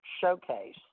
showcase